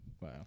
Wow